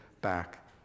back